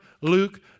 Luke